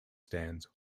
stands